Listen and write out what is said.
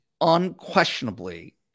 unquestionably